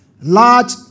Large